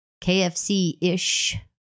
KFC-ish